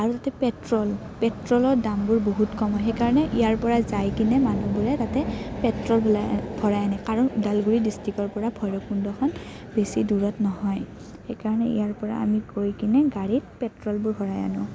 আৰু তাতে পেট্ৰল পেট্ৰলৰ দামবোৰ বহুত কম হয় সেইকাৰণে ইয়াৰ পৰা যাই কিনে মানুহবোৰে তাতে পেট্ৰল ভল ভৰাই আনে কাৰণ ওদালগুৰি ডিষ্ট্ৰিক্টৰ পৰা ভৈৰৱকুণ্ডখন বেছি দূৰত নহয় সেইকাৰণে ইয়াৰ পৰা আমি গৈ কিনে গাড়ীত পেট্ৰলবোৰ ভৰাই আনো